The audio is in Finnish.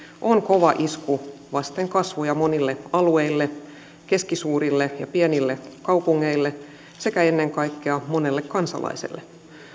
on kova isku vasten kasvoja monille alueille keskisuurille ja pienille kaupungeille sekä ennen kaikkea monelle kansalaiselle